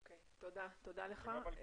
תודה רבה.